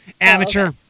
Amateur